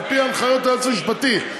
על-פי הנחיות היועץ המשפטי,